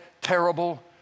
terrible